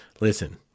Listen